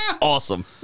Awesome